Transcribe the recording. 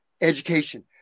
Education